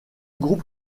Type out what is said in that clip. groupe